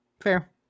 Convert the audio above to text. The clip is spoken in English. Fair